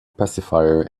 pacifier